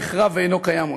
נחרב ואינו קיים עוד.